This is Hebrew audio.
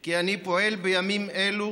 כי אני פועל בימים אלו